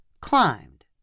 climbed